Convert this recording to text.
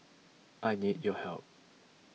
I need your help